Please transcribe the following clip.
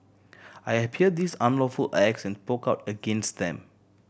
I appeared these unlawful acts and spoke out against them